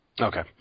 Okay